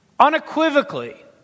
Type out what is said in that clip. Unequivocally